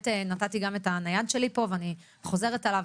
נתתי גם את הנייד שלי ואני חוזרת עליו